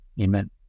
Amen